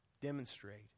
demonstrate